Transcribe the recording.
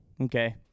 okay